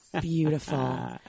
beautiful